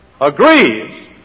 agrees